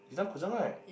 you done Gu Zheng right